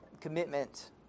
commitment